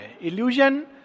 illusion